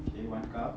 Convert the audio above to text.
okay one cup